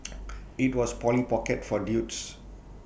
IT was Polly pocket for dudes